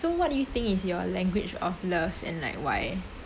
so what do you think is your language of love and like why